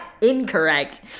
incorrect